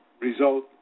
result